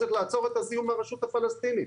צריך לעצור את הזיהום מהרשות הפלסטינית